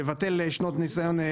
לבטל שנות ניסיון,